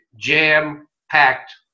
jam-packed